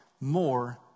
more